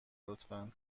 لطفا